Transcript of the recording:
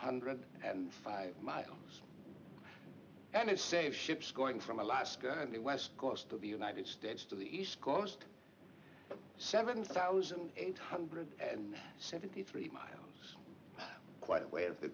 hundred and five miles and it saves ships going from alaska the west coast of the united states to the east coast seven thousand eight hundred seventy three miles quite aware of the